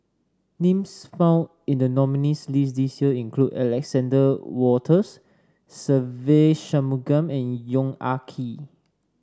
names found in the nominees' list this year include Alexander Wolters Se Ve Shanmugam and Yong Ah Kee